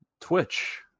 Twitch